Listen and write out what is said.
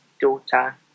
daughter